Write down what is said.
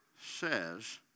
says